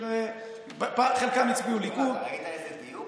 חלקם הצביעו ליכוד,